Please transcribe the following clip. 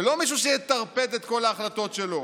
ולא עם מישהו שיטרפד את כל ההחלטות שלו.